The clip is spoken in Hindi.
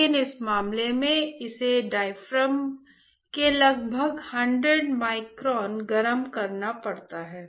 लेकिन इस मामले में इसे डायाफ्राम के लगभग 100 माइक्रोन गर्म करना पड़ता है